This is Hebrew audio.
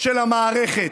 של המערכת,